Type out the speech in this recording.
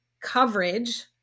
coverage